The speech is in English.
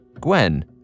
Gwen